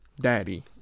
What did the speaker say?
Daddy